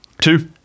Two